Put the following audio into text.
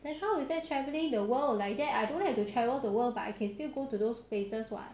then how is that travelling the world like that I don't have to travel the world but I can still go to those places [what]